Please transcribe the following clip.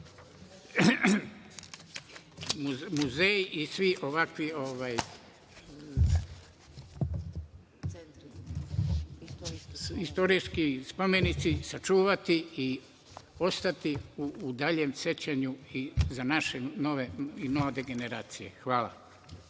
muzeji i svi ovakvi istorijski spomenici sačuvati i ostati u daljem sećanju i za naše nove i mlade generacije. Hvala.